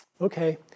Okay